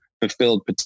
fulfilled